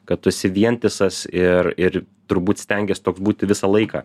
kad tu esi vientisas ir ir turbūt stengies toks būti visą laiką